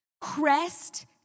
Crest